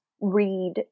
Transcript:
read